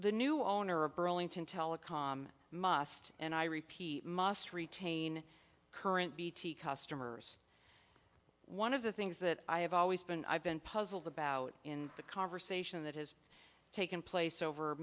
the new owner of burlington telecom must and i repeat must retain current bt customers one of the things that i have always been i've been puzzled about in the conversation that has taken place over